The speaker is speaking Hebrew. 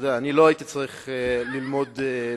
אני לא הייתי צריך ללמוד בתפקיד.